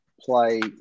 play